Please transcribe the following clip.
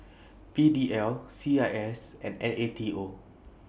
P D L C I S and N A T O